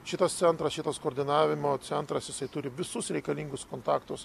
šitas centras šitas koordinavimo centras jisai turi visus reikalingus kontaktus